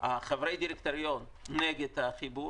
חברי הדירקטוריון נגד החיבור